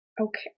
Okay